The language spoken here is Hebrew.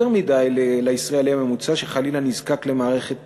מדי לישראלי הממוצע שחלילה נזקק למערכת